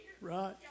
right